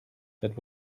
that